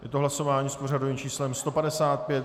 Je to hlasování s pořadovým číslem 155.